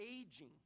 aging